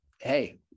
hey